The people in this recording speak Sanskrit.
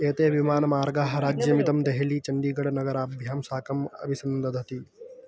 एते विमानमार्गाः राज्यमिदं देहली चण्डीगढ नगराभ्यां साकम् अभिसन्दधति